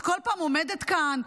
את כל פעם עומדת כאן,